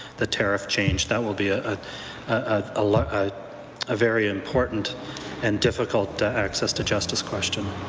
the tariff change. that will be a ah ah like ah very important and difficult access to justice question.